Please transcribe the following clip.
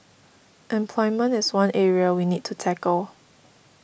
employment is one area we need to tackle